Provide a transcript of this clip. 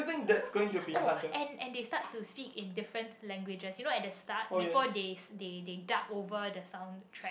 it was so funny oh and and they start to speak in different languages you know at the start before they they they dub over the sound track